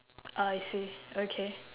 I see okay